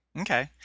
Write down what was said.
Okay